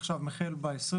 החוק עכשיו מוחל ב-2021.